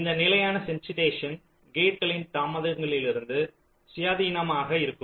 இந்த நிலையான சென்சிடைசேஷன் கேட்களின் தாமதங்களிலிருந்து சுயாதீனமாக இருக்கும்